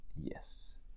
Yes